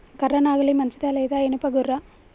కర్ర నాగలి మంచిదా లేదా? ఇనుప గొర్ర?